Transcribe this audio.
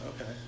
Okay